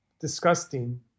disgusting